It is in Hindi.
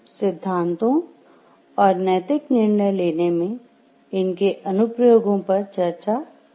हम सिद्धांतों और नैतिक निर्णय लेने में इनके अनुप्रयोगों पर चर्चा जारी रखेंगे